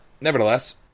nevertheless